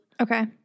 Okay